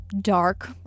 dark